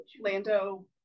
Lando